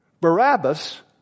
Barabbas